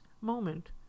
moment